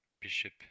bishop